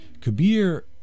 Kabir